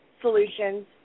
solutions